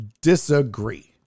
Disagree